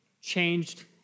changed